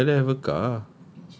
inshaallah by then have a car ah